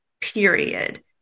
period